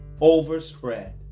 overspread